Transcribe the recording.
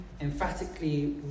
emphatically